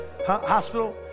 Hospital